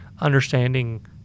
understanding